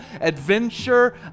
Adventure